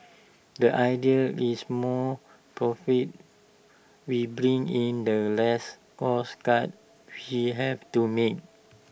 the idea is more profits we bring in the less cost cuts we have to make